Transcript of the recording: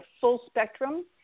full-spectrum